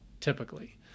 typically